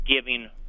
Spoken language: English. giving